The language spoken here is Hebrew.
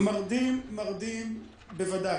מרדים בוודאי.